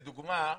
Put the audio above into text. לדוגמה,